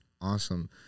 awesome